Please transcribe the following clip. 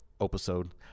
episode